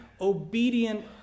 obedient